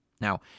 Now